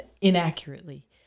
inaccurately